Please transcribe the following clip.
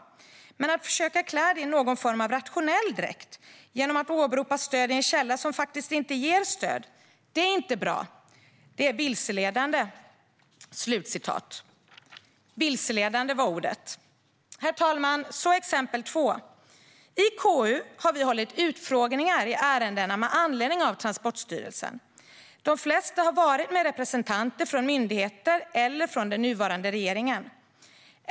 Men att försöka klä det i någon form av rationell dräkt genom att åberopa stöd i en källa som faktiskt inte ger stöd, det är inte bra. Det är vilseledande." Vilseledande var ordet. Herr talman! Här är exempel två: I KU har vi hållit utfrågningar i ärendena med anledning av Transportstyrelsen. De flesta har varit med representanter från myndigheter eller från den nuvarande regeringen.